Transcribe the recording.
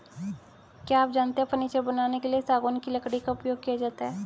क्या आप जानते है फर्नीचर बनाने के लिए सागौन की लकड़ी का उपयोग किया जाता है